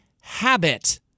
habit